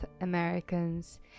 americans